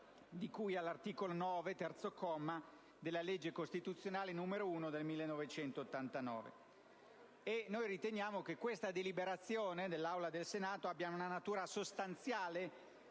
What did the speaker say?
di cui all'articolo 9, comma 3, della legge costituzionale n. 1 del 1989. Riteniamo che questa deliberazione dell'Assemblea del Senato abbia natura sostanziale